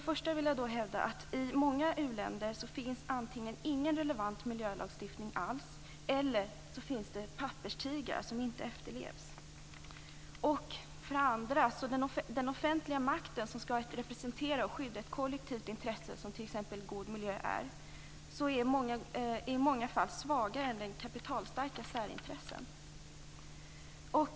Först vill jag hävda att det i många uländer antingen inte finns någon relevant miljölagstiftning alls eller så finns det papperstigrar, lagar som inte efterlevs. Det andra jag vill peka på är att den offentliga makten som skall representera och skydda ett kollektivt intresse - något som t.ex. en god miljö är - i många fall är svagare än kapitalstarka särintressen.